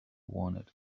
wanted